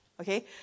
Okay